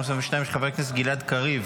התשפ"ג 2022, של חבר הכנסת גלעד קריב.